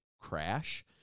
crash